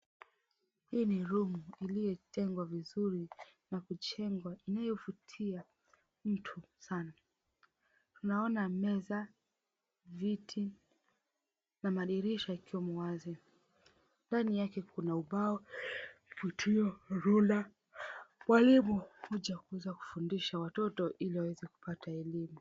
Hii ni rumu iliotengwa vizuri na kujengwa inayovutia mtu sana. Tunaona meza, viti na madirisha yakiwemo wazi ndani yake kuna ubao, kivutio, rula, mwalimu huja kuweza kufundisha watoto ili waweze kupata elimu.